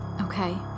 Okay